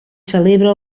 celebra